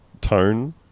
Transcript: tone